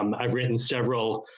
um i've written several.